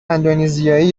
اندونزیایی